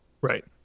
Right